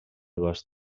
dues